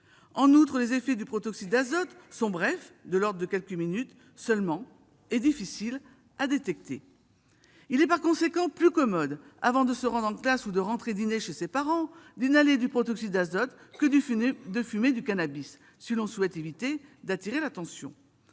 En outre, les effets du protoxyde d'azote sont brefs, de l'ordre de quelques minutes seulement, et difficiles à détecter. Il est par conséquent plus commode, avant de se rendre en classe ou de rentrer dîner chez ses parents, d'inhaler du protoxyde d'azote que de fumer du cannabis, si l'on souhaite éviter d'attirer l'attention.